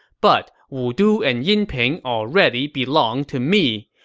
but wudu and yinping already belong to me.